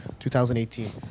2018